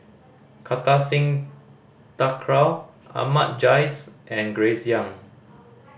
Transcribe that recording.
Kartar Singh Thakral Ahmad Jais and Grace Young